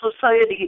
society